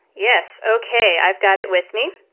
yes, okay, i've got it with me.